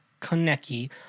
Konecki